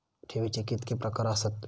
ठेवीचे कितके प्रकार आसत?